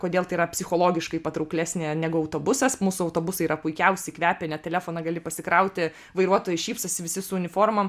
kodėl tai yra psichologiškai patrauklesnė negu autobusas mūsų autobusai yra puikiausi kvepia net telefoną gali pasikrauti vairuotojai šypsosi visi su uniformom